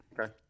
Okay